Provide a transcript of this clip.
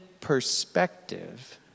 perspective